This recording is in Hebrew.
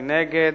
מנגד,